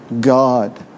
God